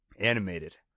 Animated